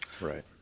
right